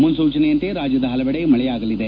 ಮುನ್ಪೂ ಚನೆಯಂತೆ ರಾಜ್ಯದ ಹಲವೆಡೆ ಮಳೆಯಾಗಲಿದೆ